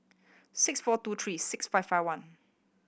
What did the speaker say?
six four two three six five five one